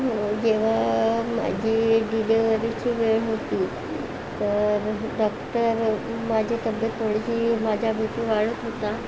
जेव्हा माझी डिलिव्हरीची वेळ होती तर डॉक्टर माझी तब्येत थोडीशी माझा बी पी वाढत होता